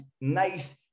nice